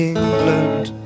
England